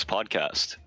Podcast